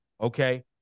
Okay